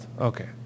okay